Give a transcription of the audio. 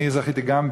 אני זכיתי גם,